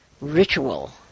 Ritual